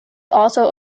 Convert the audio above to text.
also